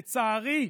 לצערי,